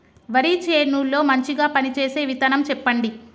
వరి చేను లో మంచిగా పనిచేసే విత్తనం చెప్పండి?